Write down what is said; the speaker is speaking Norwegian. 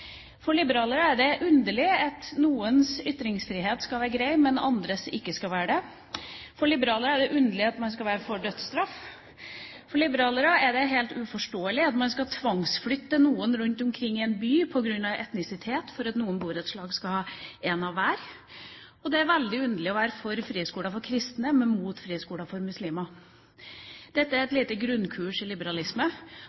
For liberalere er det underlig at noens ytringsfrihet skal være grei, mens andres ikke skal være det. For liberalere er det underlig at man skal være for dødsstraff. For liberalere er det helt uforståelig at man skal tvangsflytte noen rundt omkring i en by på grunn av etnisitet, for at noen borettslag skal ha én av hver. Det er også veldig underlig å være for friskoler for kristne, men mot friskoler for muslimer. Dette er et